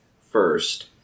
first